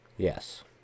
Yes